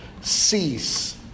Cease